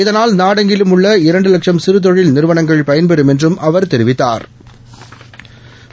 இதனால் நாடெங்கிலும் உள்ள இரண்டு லட்சம் சிறு தொழில் நிறுவனங்கள் பயன் பெறம் என்றும் அவா கெரிவிக்கா்